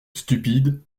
stupide